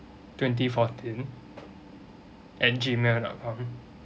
twenty fourteen at G mail dot com